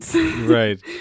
Right